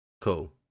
Cool